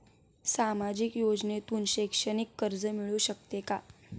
सामाजिक योजनेतून शैक्षणिक कर्ज मिळू शकते का?